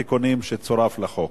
כולל לוח התיקונים שצורף לחוק.